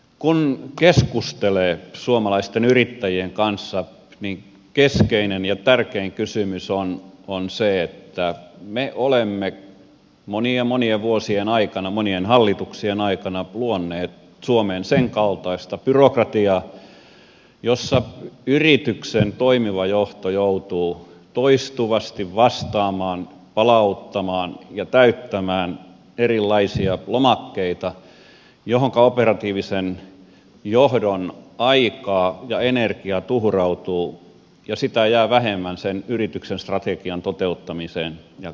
kun keskustelee suomalaisten yrittäjien kanssa niin keskeinen ja tärkein kysymys on se että me olemme monien monien vuosien aikana monien hallituksien aikana luoneet suomeen sen kaltaista byrokratiaa jossa yrityksen toimiva johto joutuu toistuvasti vastaamaan palauttamaan ja täyttämään erilaisia lomakkeita mihinkä operatiivisen johdon aikaa ja energiaa tuhrautuu ja niitä jää vähemmän sen yrityksen strategian toteuttamiseen ja kehittämiseen